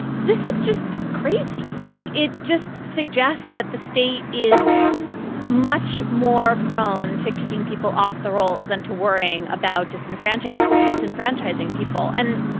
this is just crazy like it just suggests that the state is much more prone to kicking people off the rolls than to worrying about disenfranchising disenfranchising people and